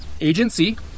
agency